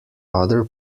other